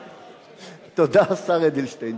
תודה, השר אדלשטיין.